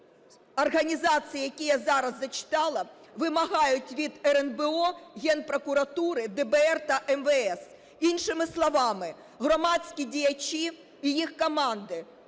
організації, які я зараз зачитала, вимагають від РНБО, Генпрокуратури, ДБР та МВС. Іншими словами, громадські діячі і їх команди